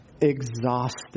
exhausted